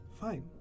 Fine